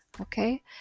Okay